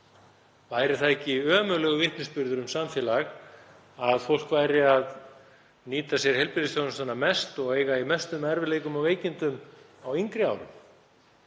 Væri það ekki ömurlegur vitnisburður um samfélag að fólk væri að nýta sér heilbrigðisþjónustuna mest og eiga í mestum erfiðleikum og veikindum á yngri árum?